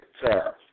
sir